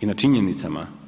i na činjenicama.